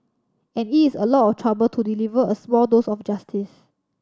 and it is a lot of trouble to deliver a small dose of justice